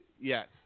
Yes